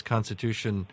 Constitution